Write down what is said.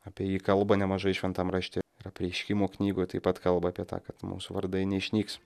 apie jį kalba nemažai šventam rašte apreiškimo knygoj taip pat kalba apie tą kad mūsų vardai neišnyks